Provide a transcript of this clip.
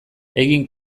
egin